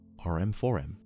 RM4M